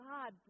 God